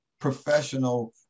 professional